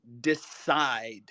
decide